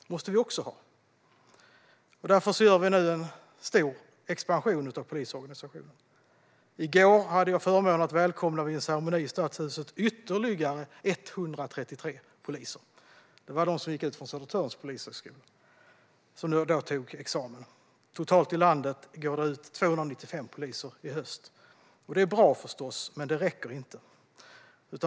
Det måste också finnas. Därför gör vi nu en stor expansion av polisorganisationen. I går hade jag förmånen att vid en ceremoni i Stadshuset välkomna ytterligare 133 poliser. Det var de som gick ut från Södertörns polishögskola som nu har tagit sin examen. Totalt i landet går 295 poliser ut i höst. Det är bra, men det räcker inte.